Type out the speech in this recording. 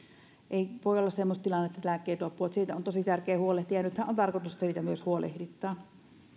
ei voi olla semmoista tilannetta että lääkkeet loppuvat siitä on tosi tärkeää huolehtia ja nythän on tarkoitus että siitä myös huolehditaan